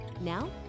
now